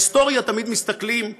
בהיסטוריה תמיד מסתכלים אחורה.